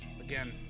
Again